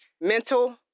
mental